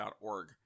org